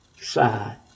side